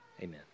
Amen